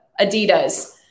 Adidas